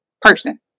person